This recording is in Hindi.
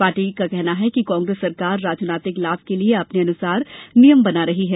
पार्टी का कहना है कि कांग्रेस सरकार राजनैतिक लाभ के लिये अपने अनुसार नियम बना रही है